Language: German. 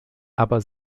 aber